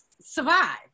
survive